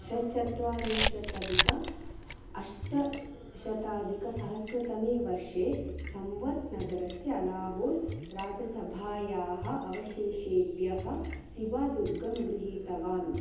षट् चत्वातिंशत्यधिक अष्टशताधिकसहस्रतमे वर्षे सम्वत् नगरस्य आलाहौर् राजसभायाः अवशेषेभ्यः सिबा दुर्गं गृहीतवान्